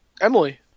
Emily